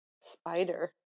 spider